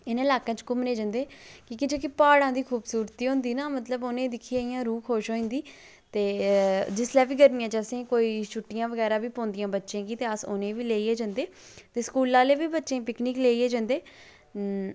इनें ल्हाकें च घूमने जंदे की के जेह्ड़ी प्हाड़ा दी खूबसूरती होंदी न मतलव उनेंई ई दिक्खियै इयां रूह् खुश होई जंदी ते जिसलै बी गर्मियैं च असें ई छुट्टियां बगैरा बी पौंदियां बच्चें गी ते अस उनें बी लेईयै जंदे ते स्कूला आह्ले बी बच्चें ई पिकनिक लेईयै जंदे